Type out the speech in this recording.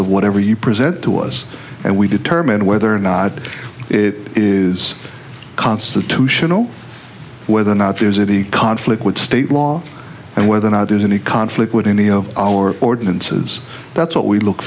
of whatever you present to us and we determine whether or not it is constitutional whether or not there's a conflict with state law and whether or not there's any conflict with any of our ordinances that's what we look